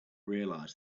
realise